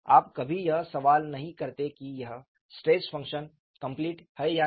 आप कभी यह सवाल नहीं करते कि यह स्ट्रेस फंक्शन कम्पलीट है या नहीं